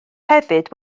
hefyd